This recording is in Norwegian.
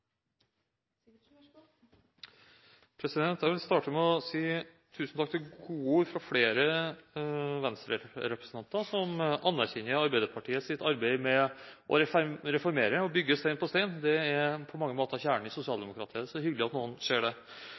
Jeg vil starte med å si tusen takk til gode ord fra flere Venstre-representanter, som anerkjenner Arbeiderpartiets arbeid med å reformere og bygge stein på stein. Det er på mange måter kjernen i sosialdemokratiet. Det er så hyggelig at noen ser det.